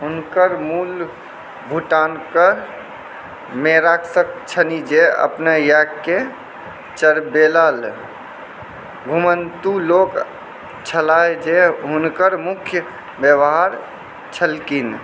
हुनकर मूल भूटानक मेराकसँ छनि जे अपन याक के चरबैवला घुमन्तू लोक छलाह जे हुनकर मुख्य व्यवहार छलखिन